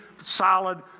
solid